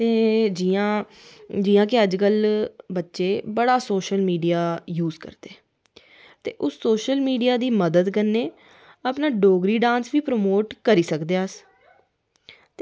ओह् जियां जियां कि अज्जकल बच्चे बड़ा सोशल मीडिया यूज़ करदे ते ओह् सोशल मीडिया दी मदद कन्नै अपना डोगरी डांस बी प्रमोट करी सकदे अस